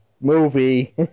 movie